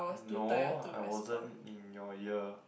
no I wasn't in your year